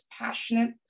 passionate